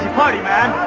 and party, man!